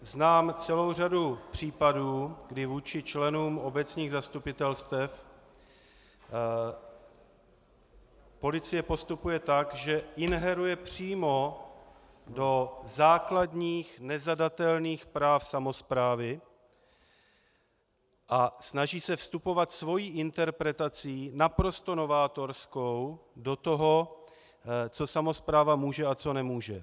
Znám celou řadu případů, kdy vůči členům obecních zastupitelstev policie postupuje tak, že ingeruje přímo do základních, nezadatelných práv samosprávy a snaží se vstupovat svou interpretací, naprosto novátorskou, do toho, co samospráva může a co nemůže.